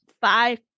five